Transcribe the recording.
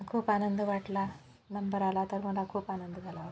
खूप आनंद वाटला नंबर आला तर मला खूप आनंद झाला होता